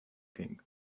king